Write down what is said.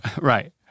Right